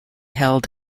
held